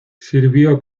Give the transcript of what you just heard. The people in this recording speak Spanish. sirvió